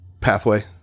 pathway